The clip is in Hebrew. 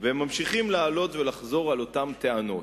והם ממשיכים להעלות ולחזור על אותן טענות.